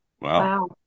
Wow